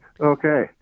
okay